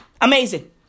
Amazing